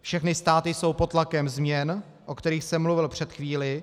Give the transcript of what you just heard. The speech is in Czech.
Všechny státy jsou pod tlakem změn, o kterých jsem mluvil před chvílí.